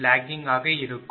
908 ஆக இருக்கும்